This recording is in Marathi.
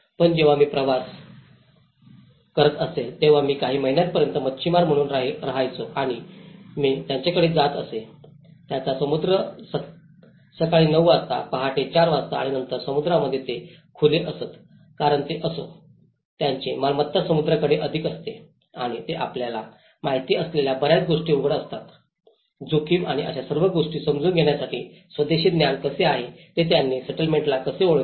पण जेव्हा मी प्रवास करत असेन तेव्हा मी काही महिन्यांपर्यंत मच्छीमार म्हणून राहायचो आणि मी त्यांच्याकडे जात असे त्यांचा समुद्र सकाळी नऊ वाजता पहाटे चार वाजता आणि नंतर समुद्रामध्ये ते खुले असत कारण ते असो त्यांचे मालमत्ता समुद्राकडे अधिक असते आणि ते आपल्याला माहिती असलेल्या बर्याच गोष्टी उघडत असत जोखीम आणि या सर्व गोष्टी समजून घेण्यासाठी स्वदेशी ज्ञान कसे आहे हे त्यांनी सेटलमेंटला कसे ओळखले